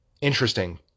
Interesting